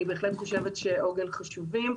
אני בהחלט חושבת שעוגן חשובים,